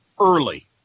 early